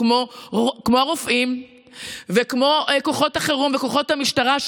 כמו הרופאים וכמו כוחות החירום וכוחות המשטרה.